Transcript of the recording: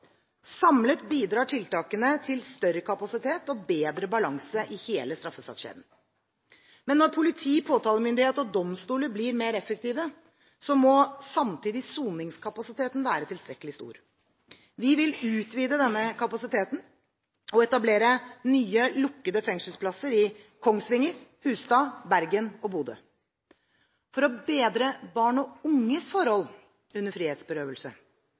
Samlet bidrar tiltakene til større kapasitet og bedre balanse i hele straffesakskjeden. Når politi, påtalemyndigheter og domstoler blir mer effektive, må samtidig soningskapasiteten være tilstrekkelig stor. Vi vil utvide denne kapasiteten og etablere nye lukkede fengselsplasser i Kongsvinger, Hustad, Bergen og Bodø. For å bedre barn og unges forhold under frihetsberøvelse